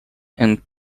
and